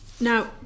Now